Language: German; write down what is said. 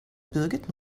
birgit